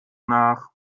nach